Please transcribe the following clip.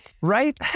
Right